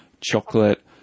chocolate